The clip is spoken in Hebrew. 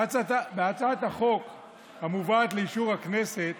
בהצעת החוק המובאת לאישור הכנסת